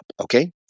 Okay